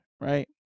right